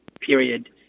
period